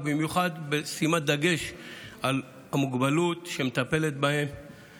ובשימת דגש מיוחד על מוגבלויות שמטפלת בהם